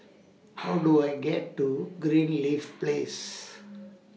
How Do I get to Greenleaf Place